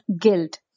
guilt